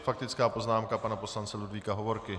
Faktická poznámka pana poslance Ludvíka Hovorky.